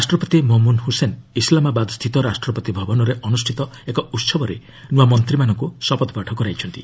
ରାଷ୍ଟ୍ରପତି ମମୁନ୍ ହୁସେନ୍ ଇସ୍ଲାବାବାଦସ୍ଥିତ ରାଷ୍ଟ୍ରପତି ଭବନରେ ଅନୁଷ୍ଠିତ ଏକ ଉହବରେ ନୂଆମନ୍ତ୍ରୀମାନଙ୍କୁ ଶପଥପାଠ କରାଇଛନ୍ତି